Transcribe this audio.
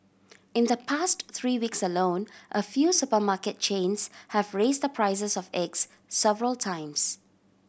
in the past three weeks alone a few supermarket chains have raised the prices of eggs several times